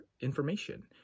information